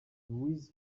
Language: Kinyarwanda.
luiz